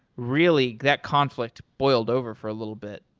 really, that conflict boiled over for a little bit.